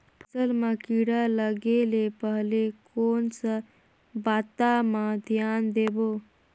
फसल मां किड़ा लगे ले पहले कोन सा बाता मां धियान देबो?